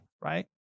Right